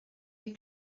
you